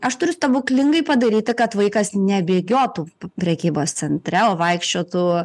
aš turiu stebuklingai padaryti kad vaikas nebėgiotų prekybos centre o vaikščiotų